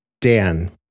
Dan